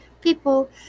People